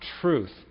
truth